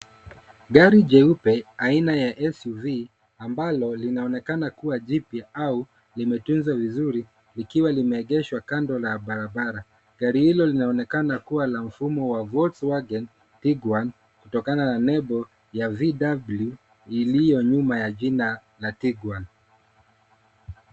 Gari jeupe aina ya SUV ambalo linaonekana kuwa jipya au limetunzwa vizuri likiwa limeegeshwa kando la barabara. Gari hilo linaonekana kuwa la mfumo wa Volkswagen Tiguan kutokana na nembo ya VW iliyo nyuma ya jina la Tiguan.